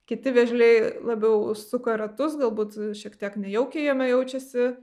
kiti vėžliai labiau suka ratus galbūt šiek tiek nejaukiai jame jaučiasi